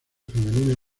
femenina